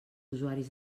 usuaris